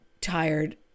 tired